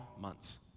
months